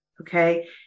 Okay